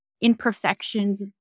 imperfections